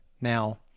now